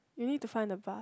you need to find the bus